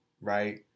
right